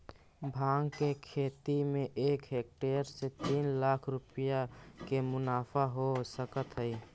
भाँग के खेती में एक हेक्टेयर से तीन लाख रुपया के मुनाफा हो सकऽ हइ